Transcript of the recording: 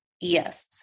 Yes